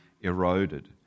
eroded